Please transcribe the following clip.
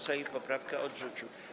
Sejm poprawkę odrzucił.